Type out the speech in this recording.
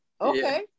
Okay